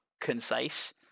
concise